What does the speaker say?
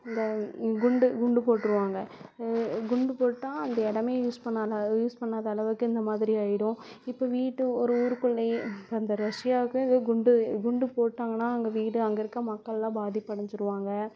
அந்த குண்டு குண்டு போட்டுருவாங்க குண்டு போட்டால் அந்த இடமே யூஸ் பண்ணால் யூஸ் பண்ணாத அளவுக்கு இந்த மாதிரி ஆகிடும் இப்போ வீட்டு ஒரு ஊருக்குள்ளே அந்த ரஷ்யாவுக்கே குண்டு குண்டு போட்டாங்கன்னால் அங்கே வீடு அங்கே இருக்கற மக்கள்லாம் பாதிப்படைஞ்சிடுவாங்க